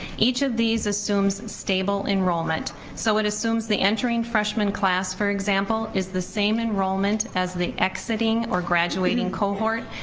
each of these assumes stable enrollment, so it assumes the entering freshman class, for example, is the same enrollment as the exiting or graduating cohort.